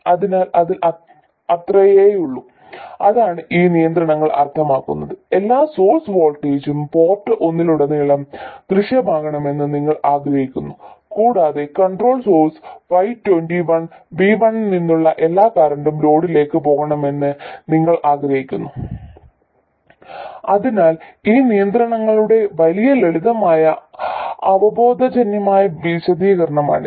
അതിനാൽ അതിൽ അത്രയേയുള്ളൂ അതാണ് ഈ നിയന്ത്രണങ്ങൾ അർത്ഥമാക്കുന്നത് എല്ലാ സോഴ്സ് വോൾട്ടേജും പോർട്ട് ഒന്നിലുടനീളം ദൃശ്യമാകണമെന്ന് നിങ്ങൾ ആഗ്രഹിക്കുന്നു കൂടാതെ കൺട്രോൾ സോഴ്സ് y21 V1 ൽ നിന്നുള്ള എല്ലാ കറന്റും ലോഡിലേക്ക് പോകണമെന്ന് നിങ്ങൾ ആഗ്രഹിക്കുന്നു അതിനാൽ ഈ നിയന്ത്രണങ്ങളുടെ വളരെ ലളിതമായ അവബോധജന്യമായ വിശദീകരണമാണിത്